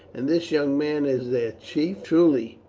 and this young man is their chief? truly,